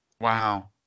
Wow